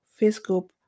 Facebook